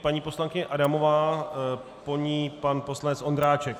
Paní poslankyně Adamová, po ní pan poslanec Ondráček.